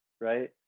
right